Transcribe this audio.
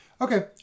Okay